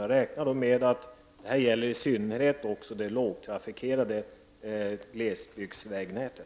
Jag räknar med att detta i synnerhet gäller det lågtrafikerade glesbygdsvägnätet.